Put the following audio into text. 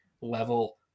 level